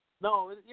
No